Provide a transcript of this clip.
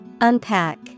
Unpack